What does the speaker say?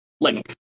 Link